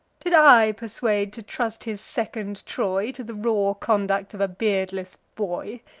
did i persuade to trust his second troy to the raw conduct of a beardless boy,